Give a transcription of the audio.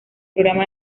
programa